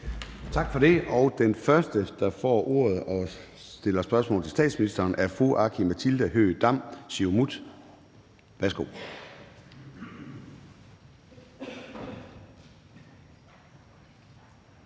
Tak for det. Den første, der får ordet og stiller spørgsmål til statsministeren, er fru Aki-Matilda Høegh-Dam, Siumut. Værsgo.